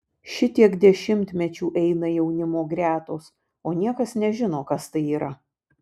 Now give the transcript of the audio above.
šitiek dešimtmečių eina jaunimo gretos o niekas nežino kas tai yra